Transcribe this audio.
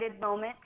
moment